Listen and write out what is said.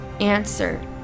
Answer